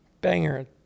Banger